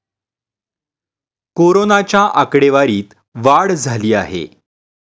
कोरोनाच्या आकडेवारीत वाढ झाली आहे